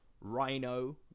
rhino